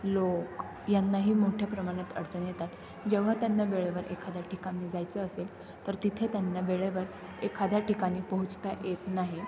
लोक यांनाही मोठ्या प्रमाणात अडचण येतात जेव्हा त्यांना वेळेवर एखाद्या ठिकाणी जायचं असेल तर तिथे त्यांना वेळेवर एखाद्या ठिकाणी पोहोचता येत नाही